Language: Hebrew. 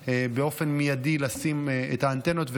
מחברות הסלולר באופן מיידי לשים את האנטנות.